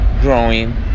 growing